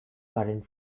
current